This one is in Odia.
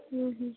ହୁଁ ହୁଁ